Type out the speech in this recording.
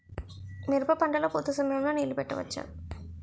మిరప పంట లొ పూత సమయం లొ నీళ్ళు పెట్టవచ్చా?